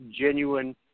genuine